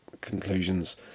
conclusions